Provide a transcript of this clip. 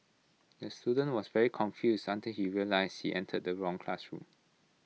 the student was very confused until he realised he entered the wrong classroom